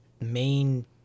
main